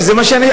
זה מה שאני,